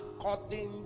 according